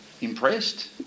impressed